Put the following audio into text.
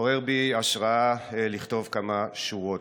עורר בי השראה לכתוב כמה שורות: